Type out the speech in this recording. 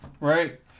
right